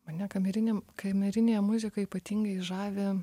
mane kameriniam kamerinė muzika ypatingai žavi